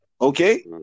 Okay